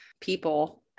people